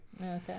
Okay